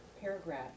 paragraph